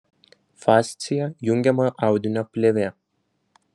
fascija jungiamojo audinio plėvė